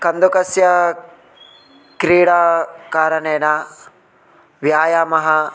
कन्दुकस्य क्रीडा कारणेन व्यायामः